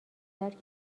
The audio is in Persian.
درک